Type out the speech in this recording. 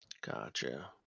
Gotcha